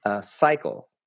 cycle